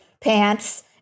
pants